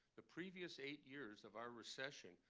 the previous eight years of our recession,